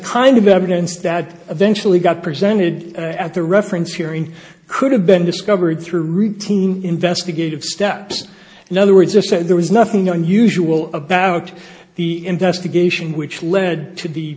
kind of evidence that eventually got presented at the reference hearing could have been discovered through routine investigative steps in other words just said there was nothing unusual about the investigation which led to the